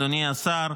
אדוני השר,